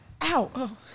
Ow